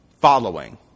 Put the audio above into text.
following